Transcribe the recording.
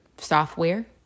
software